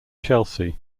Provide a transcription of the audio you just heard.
chelsea